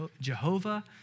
Jehovah